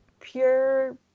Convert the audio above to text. pure